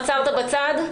עצרת בצד?